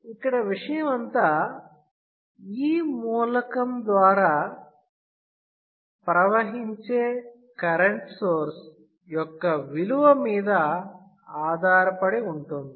ఇక్కడ విషయం అంతా E మూలకం ద్వారా ప్రవహించే కరెంట్ సోర్స్ యొక్క విలువ మీద ఆధారపడి ఉంటుంది